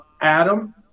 Adam